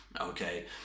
okay